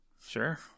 Sure